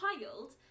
child